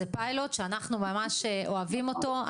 זה פיילוט שאנחנו ממש אוהבים אותו.